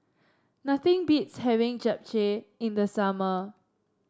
nothing beats having Japchae in the summer